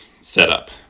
setup